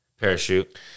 parachute